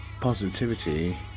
positivity